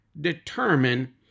determine